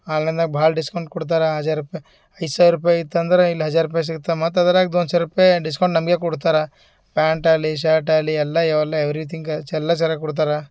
ಆನ್ಲೈನ್ದಾಗ ಭಾಳ ಡಿಸ್ಕೌಂಟ್ ಕೊಡ್ತಾರೆ ಹಝಾರ್ ರೂಪಾಯಿ ಐದು ಸಾವಿರ ರೂಪಾಯಿ ಇತ್ತಂದ್ರೆ ಇಲ್ಲಿ ಹಜಾರ್ ರೂಪಾಯಿ ಸಿಗ್ತಾವ್ ಮತ್ತು ಅದ್ರಾಗ ದೊನ್ಶೆ ರೂಪಾಯಿ ಡಿಸ್ಕೌಂಟ್ ನಮಗೆ ಕೊಡ್ತಾರೆ ಪ್ಯಾಂಟಾಗ್ಲಿ ಶರ್ಟಾಗ್ಲಿ ಎಲ್ಲ ಎಲ್ಲ ಎವ್ರಿತಿಂಗ ಚಲ್ಲ ಚರ ಕೊಡ್ತಾರೆ